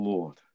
Lord